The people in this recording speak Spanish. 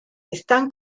están